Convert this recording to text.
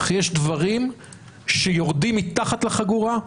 אך יש דברים שיורדים מתחת לחגורה,